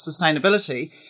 sustainability